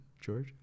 George